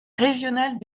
régionale